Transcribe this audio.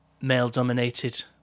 male-dominated